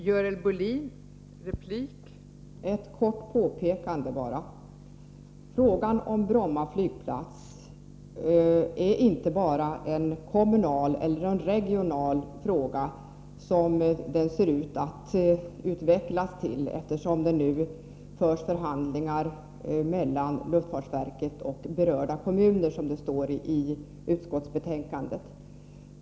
Fru talman! Bara ett kort påpekande. Frågan om Bromma flygplats är inte bara en kommunal eller en regional fråga, som den nu ser ut att utvecklas till, eftersom det förs förhandlingar mellan luftfartsverket och ”berörda kommuner”, som det står i utskottsbetänkandet.